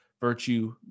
virtue